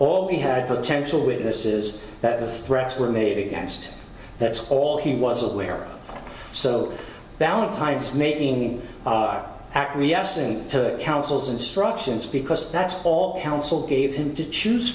all he had potential witnesses that threats were made against that's all he was aware of so valentine's making acquiescence to counsel's instructions because that's all counsel gave him to choose